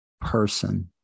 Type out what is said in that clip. person